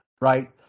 Right